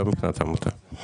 לא מבחינת העמותה.